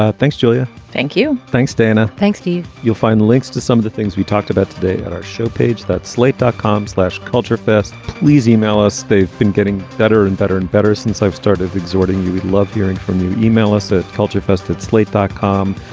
ah thanks, julia. thank you. thanks, dana. thanks, steve. you'll find links to some of the things we talked about today at our show page, that slate dot com slash culture fest. please email us. they've been getting better and better and better since i've started exhorting you. we love hearing from you. e-mail us at culture fest at slate dot com.